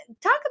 talk